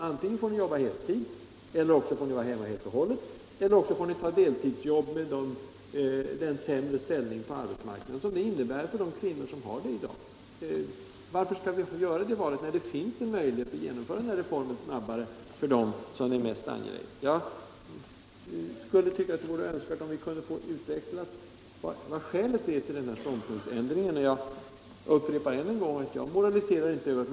Antingen får ni jobba heltid, eller också får ni vara hemma helt och hållet, eller också får ni ta deltidsjobb med den sämre ställning på arbetsmarknaden som det i dag innebär för de kvinnor som har det. Varför skall vi tvinga dem till det valet när det finns en möjlighet att genomföra den här reformen snabbare för dem som den är mest angelägen för? Jag tycker det vore önskvärt om vi kunde få höra skälen till denna ståndpunktsändring. Jag upprepar att jag inte moraliserar över den.